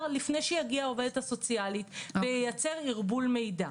לפני שהגיעה העובדת הסוציאלית וייצר ערבול מידע.